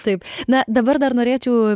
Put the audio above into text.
taip na dabar dar norėčiau